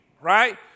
right